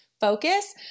focus